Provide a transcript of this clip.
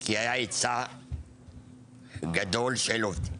כי היה היצע גדול של עובדים.